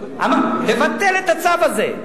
לבטל את הצו הזה,